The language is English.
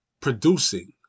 producing